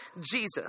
Jesus